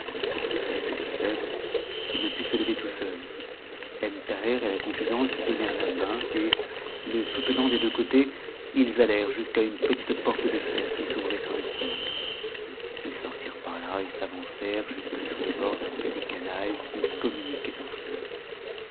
i était si faimc qu'il np put se tevct tout seul ebn thaher et la confidente lui donnèrent la main et le soutenant des deux côtés ils allèrent jusqu'à une petite porte de fer qui s'ouvrait sur le tigre ils sortirent par là et s'avancèrent jusque sur le bord d'un petit canal qui communiquait au fleuve